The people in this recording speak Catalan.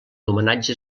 homenatge